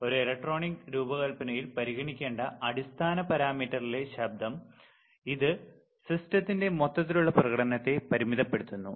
ഒരു ഇലക്ട്രോണിക് രൂപകൽപ്പനയിൽ പരിഗണിക്കേണ്ട അടിസ്ഥാന പാരാമീറ്ററിലെ ശബ്ദം ഇത് സിസ്റ്റത്തിന്റെ മൊത്തത്തിലുള്ള പ്രകടനത്തെ പരിമിതപ്പെടുത്തുന്നു